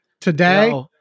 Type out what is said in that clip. Today